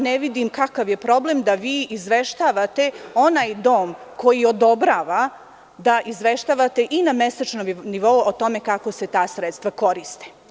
Ne vidim kakav je problem da vi izveštavate onaj dom koji odobrava i na mesečnom nivou o tome kako se ta sredstva koriste.